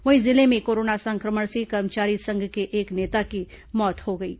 वहीं जिले में कोरोना संक्रमण से कर्मचारी संघ के एक नेता की मौत भी हो गई है